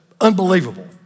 unbelievable